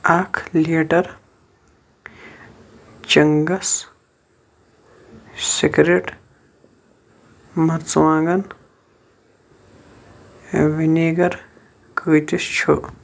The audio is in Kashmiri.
اَکھ لیٖٹر چِنٛگس سِکرٕٹ مرژٕوانٛگن وِنیگر کٍتِس چھُ